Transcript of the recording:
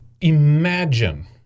imagine